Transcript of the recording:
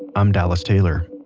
i'm dallas taylor